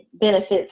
benefits